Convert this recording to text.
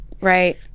Right